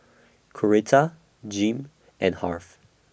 Coretta Jim and Harve